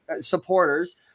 supporters